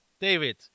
David